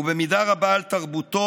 ובמידה רבה על תרבותו,